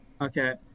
Okay